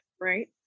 right